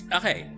okay